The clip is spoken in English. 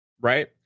right